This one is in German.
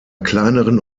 kleineren